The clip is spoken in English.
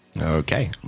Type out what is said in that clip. Okay